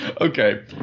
okay